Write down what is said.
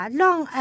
long